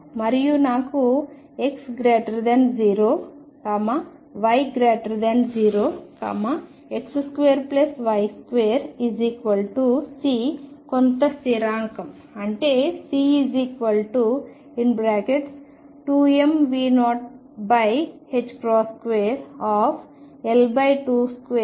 మరియు నాకు X0 Y0 X2Y2 C కొంత స్థిరాంకం అంటే C 2mV02L22